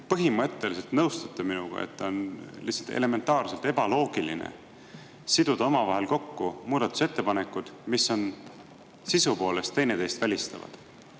põhimõtteliselt nõustute minuga, et on lihtsalt elementaarselt ebaloogiline siduda omavahel kokku muudatusettepanekud, mis sisu poolest üksteist välistavad?